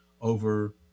over